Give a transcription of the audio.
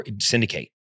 syndicate